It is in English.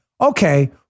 Okay